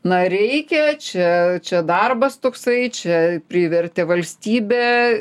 na reikia čia čia darbas toksai čia privertė valstybė